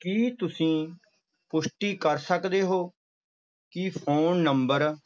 ਕੀ ਤੁਸੀਂ ਪੁਸ਼ਟੀ ਕਰ ਸਕਦੇ ਹੋ ਕੀ ਫੋਨ ਨੰਬਰ